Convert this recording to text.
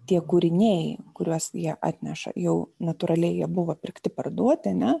tie kūriniai kuriuos jie atneša jau natūraliai jie buvo pirkti parduoti ne